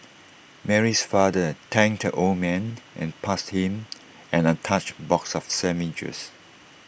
Mary's father thanked the old man and passed him an untouched box of sandwiches